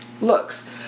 looks